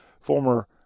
former